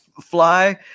fly